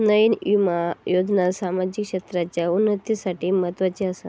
नयीन विमा योजना सामाजिक क्षेत्राच्या उन्नतीसाठी म्हत्वाची आसा